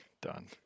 Done